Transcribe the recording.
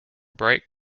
bright